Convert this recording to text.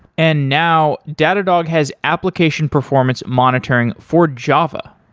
and now, datadog has application performance monitoring for java.